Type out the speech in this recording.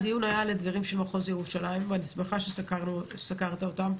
הדיון היה על האתגרים של מחוז ירושלים ואני שמחה שסקרת אותם.